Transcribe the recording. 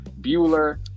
Bueller